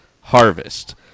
harvest